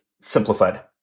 simplified